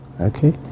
okay